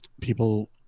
people